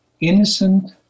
innocent